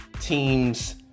teams